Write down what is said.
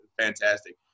fantastic